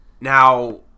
now